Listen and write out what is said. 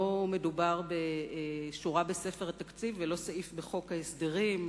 לא מדובר בשורה בספר התקציב ולא בסעיף בחוק ההסדרים.